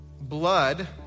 blood